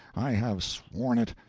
i have sworn it!